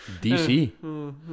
DC